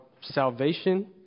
salvation